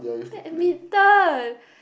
badminton